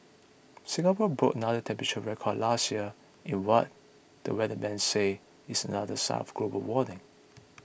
Singapore broke another temperature record last year in what the weatherman says is another sign of global warming